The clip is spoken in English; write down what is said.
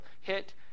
Hit